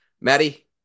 Maddie